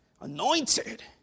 Anointed